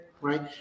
right